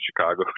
Chicago